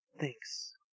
thanks